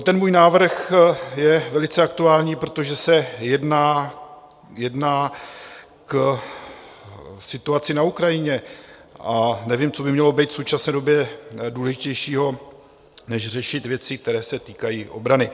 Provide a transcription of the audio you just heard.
Ten můj návrh je velice aktuální, protože se jedná o situaci na Ukrajině, a nevím, co by mělo být v současné době důležitějšího než řešit věci, které se týkají obrany.